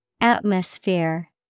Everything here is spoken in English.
Atmosphere